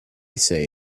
say